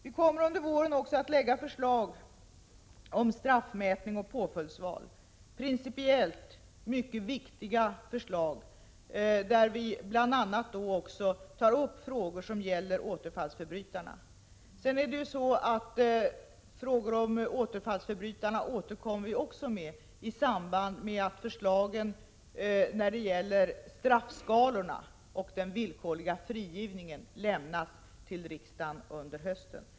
Vi kommer under våren också att lägga fram förslag om straffmätning och påföljdsval, principiellt mycket viktiga förslag, där vi bl.a. kommer att ta upp frågor som gäller återfallsförbrytarna. De frågorna återkommer vi också till i samband med att förslagen när det gäller straffskalorna och den villkorliga frigivningen lämnas till riksdagen under hösten.